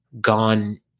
gone